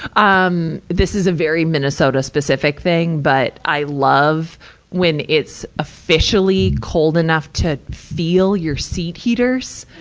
um this is a very minnesota-specific thing, but i love when it's officially cold enough to feel your seat heaters.